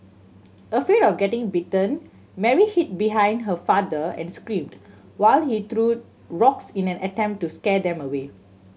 afraid of getting bitten Mary hid behind her father and screamed while he threw rocks in an attempt to scare them away